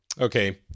Okay